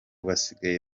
basigaye